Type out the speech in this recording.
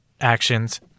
actions